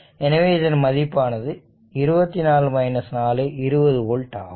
எனவே இதன் மதிப்பானது 24 4 20 ஓல்ட் ஆகும்